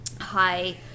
high